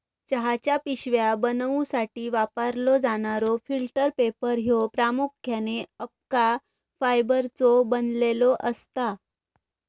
चहाच्या पिशव्या बनवूसाठी वापरलो जाणारो फिल्टर पेपर ह्यो प्रामुख्याने अबका फायबरचो बनलेलो असता